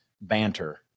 banter